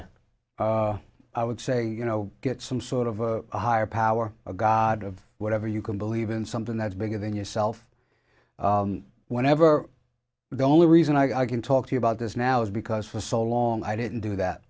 later i would say you know get some sort of a higher power a god of whatever you can believe in something that's bigger than yourself whenever the only reason i can talk to you about this now is because for so long i didn't do that